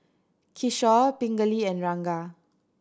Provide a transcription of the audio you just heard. Kishore Pingali and Ranga